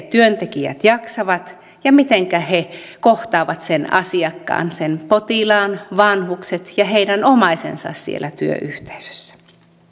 työntekijät jaksavat ja miten he kohtaavat sen asiakkaan sen potilaan vanhukset ja heidän omaisensa siellä työyhteisössä